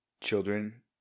children